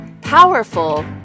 powerful